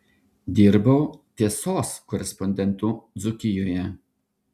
dirbau tiesos korespondentu dzūkijoje